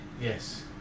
Yes